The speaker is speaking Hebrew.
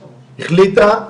החליטה,